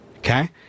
Okay